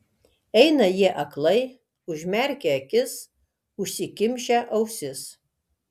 eina jie aklai užmerkę akis užsikimšę ausis